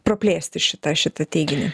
praplėsti šitą šitą teiginį